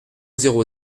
zéro